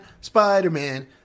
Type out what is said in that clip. Spider-Man